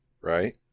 Right